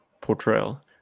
portrayal